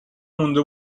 مونده